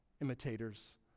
imitators